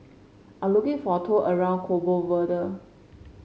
I'm looking for a tour around Cabo Verde